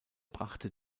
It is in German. brachte